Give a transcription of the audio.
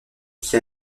qui